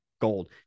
gold